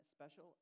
special